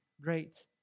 great